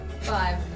Five